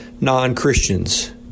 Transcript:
non-Christians